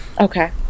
okay